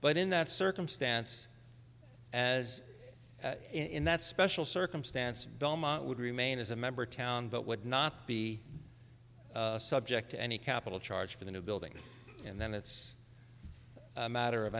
but in that circumstance as in that special circumstance belmont would remain as a member town but would not be subject to any capital charge for the new building and then it's a matter of